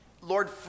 Lord